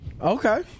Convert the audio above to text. Okay